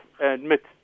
admit